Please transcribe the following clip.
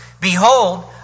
Behold